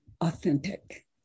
authentic